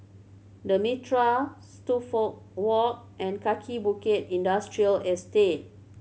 The Mitraa Walk and Kaki Bukit Industrial Estate